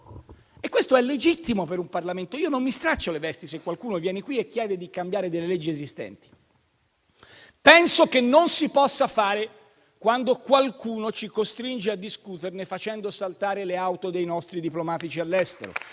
Questo è legittimo per un Parlamento. Io non mi straccio le vesti se qualcuno viene qui e chiede di cambiare delle leggi esistenti. Penso, però, che non si possa fare quando qualcuno ci costringe a discuterne facendo saltare le auto dei nostri diplomatici all'estero;